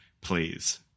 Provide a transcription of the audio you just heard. Please